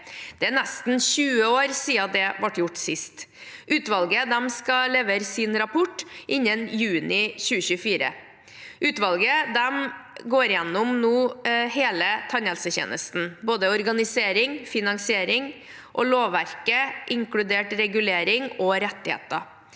Det er nesten 20 år siden dette ble gjort sist. Utvalget skal levere sin rapport innen juni 2024. Utvalget skal gå gjennom hele tannhelsetjenesten, både organisering, finansiering og lovverket, inkludert regulering og rettigheter.